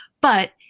But-